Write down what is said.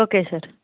okay sir